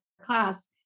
class